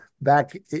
back